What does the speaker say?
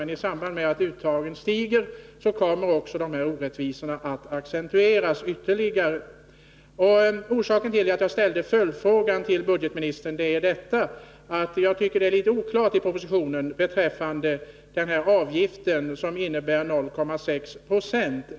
Men i samband med att uttagen stiger kommer de här orättvisorna att ytterligare accentueras. Orsaken till att jag ställde följdfrågan till budgetministern är att jag tycker att det finns vissa oklarheter i propositionen beträffande avgiften på 0,6 cc.